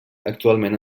actualment